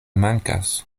mankas